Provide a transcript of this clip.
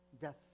Death